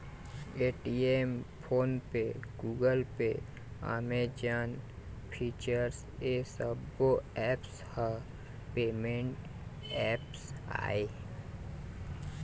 Paytm, PhonePe, Google Pay, Amazon, Freecharge ए सब्बो apps ह पेमेंट ऐप्स आय